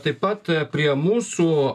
taip pat prie mūsų